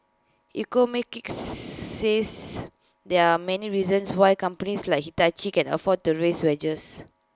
says there are many reasons why companies like Hitachi can afford to raise wages